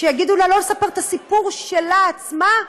שיגידו לה לא לספר את הסיפור שלה עצמה?